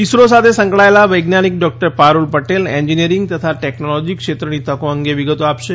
ઈસરો સાથે સંકળાયેલા વૈજ્ઞાનિક ડોક્ટર પારૂલ પટેલ એન્જીનીયરીંગ તથા ટેકનોલોજી ક્ષેત્રની તકો અંગે વિગતો આપશે